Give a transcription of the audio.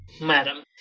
madam